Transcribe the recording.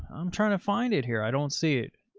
i'm trying to find it here. i don't see it.